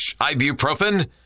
ibuprofen